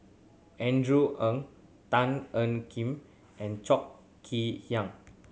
Andrew Ang Tan Ean Kiam and Cho Kee Hiang